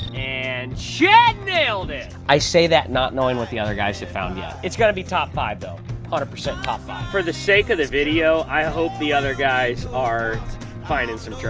and chad nailed it. i say that not knowing what the other guys have found, yeah. it's got to be top five, though. one hundred percent top five. for the sake of the video, i hope the other guys are finding some treasure.